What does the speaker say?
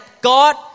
God